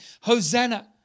Hosanna